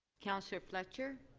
counselor fletcher?